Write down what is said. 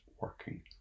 working